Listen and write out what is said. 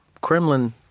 Kremlin